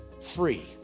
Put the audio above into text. free